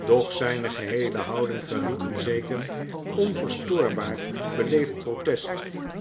doch zyne geheele houding verried een zeker onverstoorbaar beleefd protest